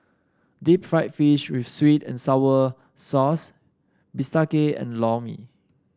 Deep Fried Fish with sweet and sour sauce bistake and Lor Mee